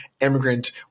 Immigrant